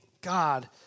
God